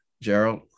Gerald